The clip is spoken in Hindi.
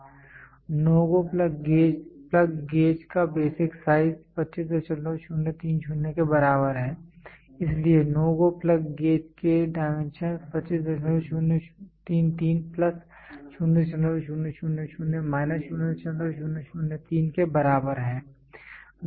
NO GO plug gauge plug gauge का बेसिक साइज 25030 के बराबर है इसलिए NO GO प्लग गेज के डाइमेंशंस 25033 प्लस 0000 माइनस 0003 के बराबर है